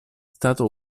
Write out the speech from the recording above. stato